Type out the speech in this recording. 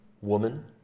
woman